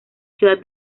ciudad